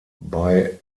bei